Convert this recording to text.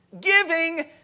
giving